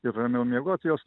ir ramiau miegot jos